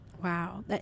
Wow